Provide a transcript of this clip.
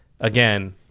again